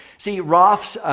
see, roths,